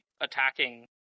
attacking